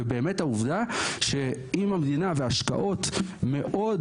ובאמת העובדה שאם המדינה והשקעות מאוד